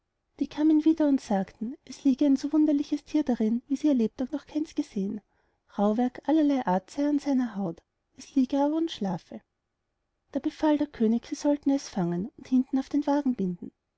die kamen wieder und sagten es liege ein so wunderliches thier darin wie sie ihr lebtag noch keins gesehen rauhwerk allerlei art sey an seiner haut es liege aber und schlafe da befahl der könig sie sollten es fangen und hinten auf den wagen binden